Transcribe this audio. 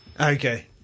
Okay